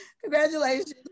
congratulations